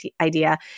idea